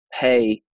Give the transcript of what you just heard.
pay